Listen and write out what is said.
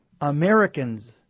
Americans